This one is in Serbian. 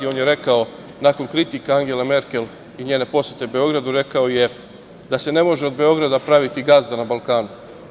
On je rekao, nakon kritika Angele Merkel i njene posete Beogradu, da se ne može od Beograda praviti gazda na Balkanu.